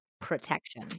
protection